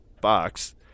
Box